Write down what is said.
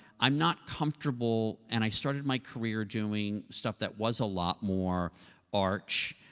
i'm not comfortable and i started my career doing stuff that was a lot more arch,